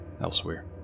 elsewhere